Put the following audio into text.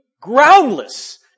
groundless